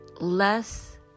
less